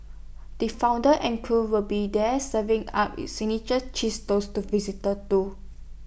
the founder and crew will be there serving up its signature cheese toast to visitors too